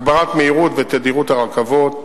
הגברת המהירות והתדירות של הרכבות,